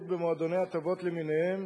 חברות במועדוני הטבות למיניהם